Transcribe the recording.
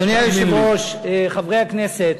אדוני היושב-ראש, חברי הכנסת,